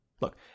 look